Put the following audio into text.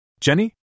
Jenny